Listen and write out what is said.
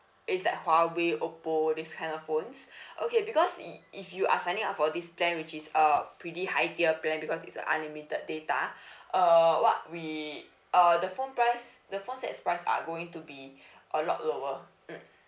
is like Huawei Oppo these kind of phones okay because if if you are signing up for this plan which is uh pretty high tier plan because it's unlimited data uh what we uh the phone price the phone sets price are going to be a lot lower mmhmm